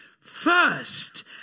first